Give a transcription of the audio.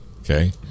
Okay